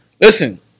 Listen